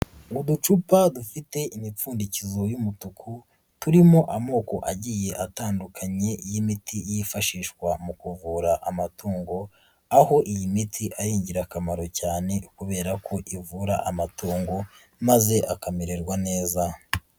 Uducupa dufite imipfundikizo y'umutuku, turimo amoko agiye atandukanye y'imiti yifashishwa mu kuvura amatungo, aho iyi miti ari ingirakamaro cyane kubera ko ivura amatongo, maze akamererwa neza.